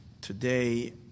today